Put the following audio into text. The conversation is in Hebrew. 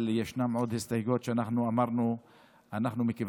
אבל ישנן עוד הסתייגויות שאמרנו שמכיוון